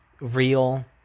real